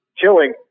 killing